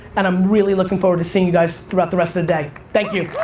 and i'm really looking forward to seeing you guys throughout the rest of the day. thank you.